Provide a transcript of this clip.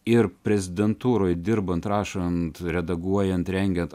ir prezidentūroj dirbant rašant redaguojant rengiant